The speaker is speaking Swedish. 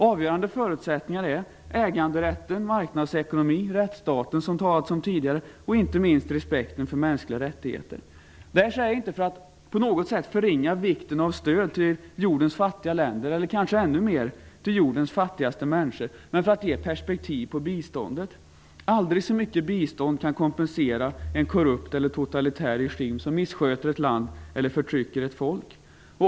Avgörande förutsättningar är äganderätten, marknadsekonomi, rättsstaten och inte minst respekten för mänskliga rättigheter. Detta säger jag inte för att på något sätt förringa vikten av stöd till jordens fattiga länder eller kanske ännu mer till jordens fattigaste människor, utan mera för att ge perspektiv på biståndet. Aldrig så mycket bistånd kan kompensera en korrupt eller totalitär regim som missköter ett land eller förtrycker ett folk.